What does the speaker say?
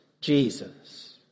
Jesus